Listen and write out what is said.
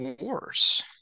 Wars